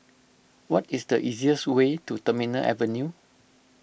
what is the easiest way to Terminal Avenue